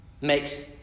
makes